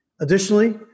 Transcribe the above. Additionally